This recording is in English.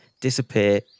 disappear